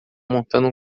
montando